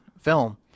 film